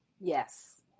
Yes